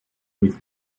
with